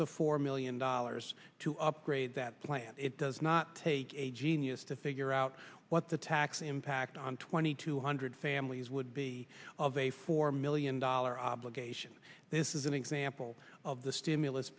to four million dollars to upgrade that plan it does not take a genius to figure out what the tax impact on twenty two hundred families would be of a four million dollar obligation this is an example of the stimulus